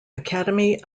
academy